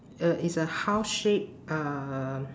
uh it's a house shaped um